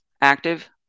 active